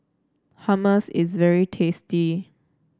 hummus is very tasty